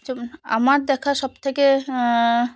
যেমন আমার দেখা সবথেকে